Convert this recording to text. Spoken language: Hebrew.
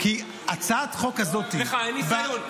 כי הצעת החוק הזאת --- לך אין ניסיון?